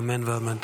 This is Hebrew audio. אמן ואמן.